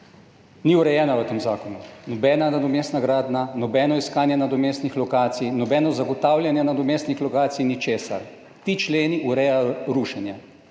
ni urejena v tem zakonu. Nobena nadomestna gradnja, nobeno iskanje nadomestnih lokacij, nobeno zagotavljanje nadomestnih lokacij, ničesar. Ti členi urejajo rušenje.